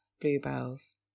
bluebells